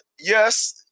yes